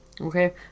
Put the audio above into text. okay